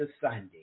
Sunday